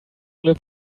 live